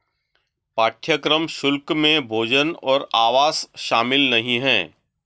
पाठ्यक्रम शुल्क में भोजन और आवास शामिल नहीं है